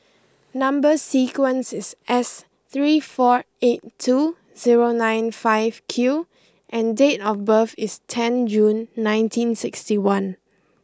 number sequence is S three four eight two zero nine five Q and date of birth is ten June nineteen sixty one